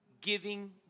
giving